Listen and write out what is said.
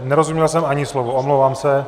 Nerozuměl jsem ani slovo, omlouvám se.